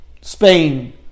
Spain